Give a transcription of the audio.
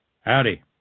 Howdy